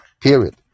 Period